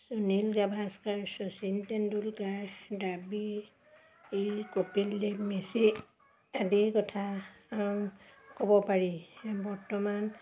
সুনীল গাভাছকাৰ শচীন তেণ্ডুলকাৰ ড্ৰাবীদ এই কপিল দেৱ মেচি আদিৰ কথা ক'ব পাৰি বৰ্তমান